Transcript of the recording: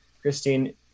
Christine